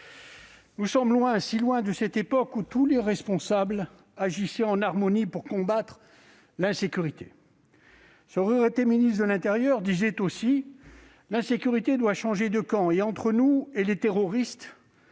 Nous sommes loin, si loin, de cette époque où tous les responsables agissaient en harmonie pour combattre l'insécurité. Ce regretté ministre de l'intérieur disait aussi que l'insécurité devait changer de camp et que, entre nous et les terroristes,